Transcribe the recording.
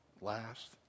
last